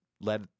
Let